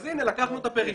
אז, הנה, לקחנו את הפריפריה,